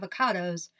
avocados